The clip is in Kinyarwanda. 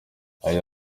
yagize